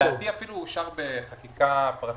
לדעתי הוא אפילו אושר בחקיקה פרטית.